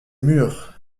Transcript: murs